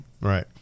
right